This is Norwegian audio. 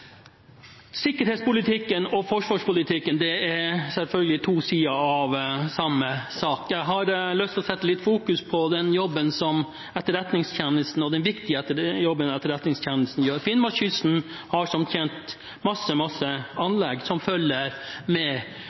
Sikkerhetspolitikken og forsvarspolitikken er selvfølgelig to sider av samme sak. Jeg har lyst til å fokusere litt på den viktige jobben Etterretningstjenesten gjør. Finnmarkskysten har som kjent mange anlegg som følger med